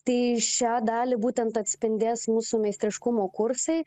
tai šią dalį būtent atspindės mūsų meistriškumo kursai